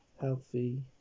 healthy